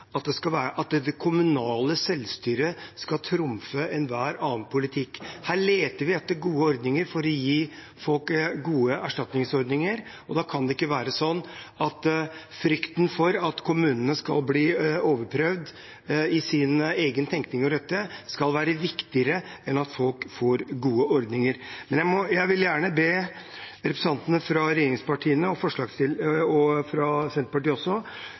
at det kommunale selvstyret skal trumfe enhver annen politikk. Her leter vi etter gode ordninger for å gi folk gode erstatningsordninger. Da kan det ikke være sånn at frykten for at kommunene skal bli overprøvd i sin egen tenkning om dette, skal være viktigere enn at folk får gode ordninger. Men jeg vil gjerne be representantene fra regjeringspartiene, og også fra Senterpartiet,